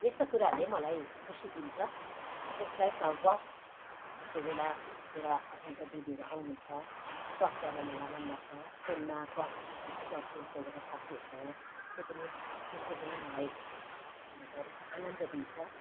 यस्ता कुराहरूले मलाई खुसी दिन्छ त्यस बाहेक गफ अब कोही बेला मेरो आफन्त दिदीहरू आउनुहुन्छ गफ गर्न मलाई मन लाग्छ फोनमा गफ गर्छु कोही बेला साथीहरूसँग त्यो पनि त्यसले पनि मलाई मतलब आनन्द दिन्छ